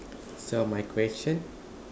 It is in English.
so my question